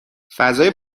فضای